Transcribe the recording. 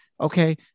okay